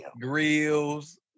Grills